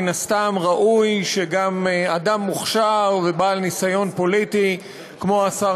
מן הסתם ראוי שגם אדם מוכשר ובעל ניסיון פוליטי כמו השר